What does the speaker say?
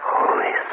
Holy